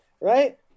right